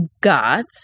got